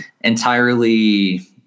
entirely